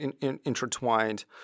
intertwined